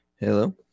Hello